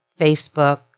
Facebook